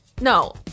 No